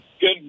good